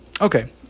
okay